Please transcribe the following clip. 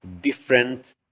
different